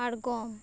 ᱟᱲᱜᱚᱢ